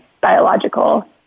biological